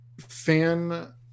fan